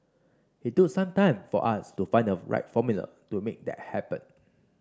it took some time for us to find the right formula to make that happen